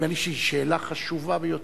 ונדמה לי שהיא שאלה חשובה ביותר,